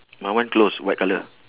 my one close white colour